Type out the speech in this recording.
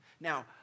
Now